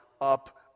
up